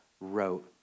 wrote